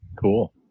Cool